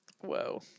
whoa